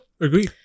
agree